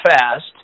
fast